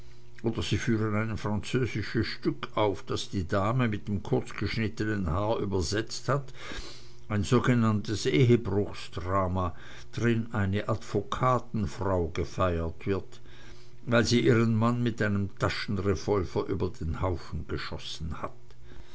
oder sie führen ein französisches stück auf das die dame mit dem kurzgeschnittenen haar übersetzt hat ein sogenanntes ehebruchsdrama drin eine advokatenfrau gefeiert wird weil sie ihren mann mit einem taschenrevolver über den haufen geschossen hat